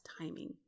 timing